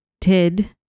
Ted